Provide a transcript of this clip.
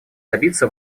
добиться